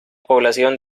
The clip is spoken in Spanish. población